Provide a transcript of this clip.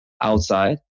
outside